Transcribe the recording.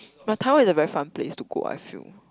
but Taiwan is a very fun place to go I feel